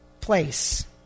place